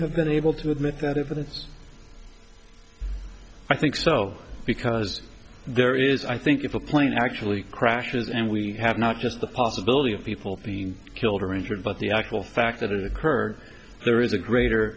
have been able to admit that if it is i think so because there is i think if a plane actually crashes and we have not just the possibility of people being killed or injured but the actual fact that it occurred there is a greater